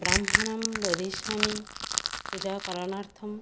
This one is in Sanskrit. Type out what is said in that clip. ब्राह्मणं वदिष्यामि पुजाकरणार्थं